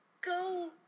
go